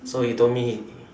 so he told me